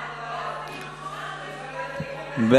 וקבוצת סיעת ש"ס אחרי סעיף 2 לא נתקבלה.